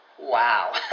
Wow